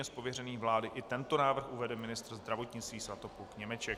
Z pověření vlády i tento návrh uvede ministr zdravotnictví Svatopluk Němeček.